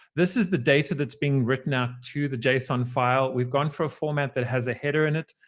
this is the data that's being written out to the json file. we've gone through a format that has a header in it.